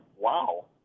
wow